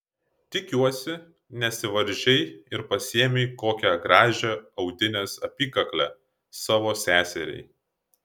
tikiuosi nesivaržei ir pasiėmei kokią gražią audinės apykaklę savo seseriai